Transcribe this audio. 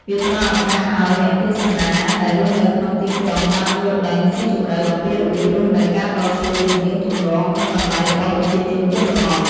វាផ្តល់ឱកាសឱ្យ អ្នកទស្សនាដែលរស់នៅក្នុងទីក្រុង បានយល់ដឹងស៊ីជម្រៅអំពីរបៀបរស់នៅ ការតស៊ូ ទំនៀមទម្លាប់ និងតម្លៃរបស់ប្រជាជនជនបទ។